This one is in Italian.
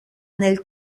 nel